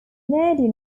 canadian